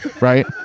right